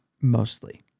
mostly